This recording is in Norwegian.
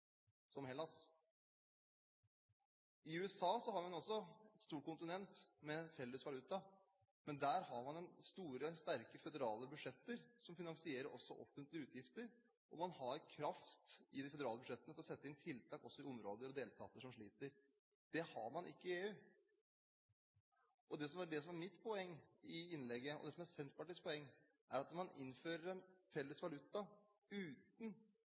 også et stort kontinent med felles valuta, men der har man store, sterke føderale budsjetter som også finansierer offentlige utgifter, og man har kraft i de føderale budsjettene til å sette inn tiltak i områder og delstater som sliter. Det har man ikke i EU. Det som er mitt poeng i innlegget, og det som er Senterpartiets poeng, er at når man innfører en felles valuta uten